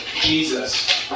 Jesus